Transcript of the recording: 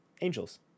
Angels